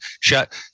shut